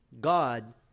God